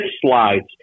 slides